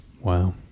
Wow